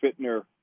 Fittner